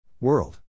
World